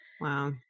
Wow